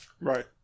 Right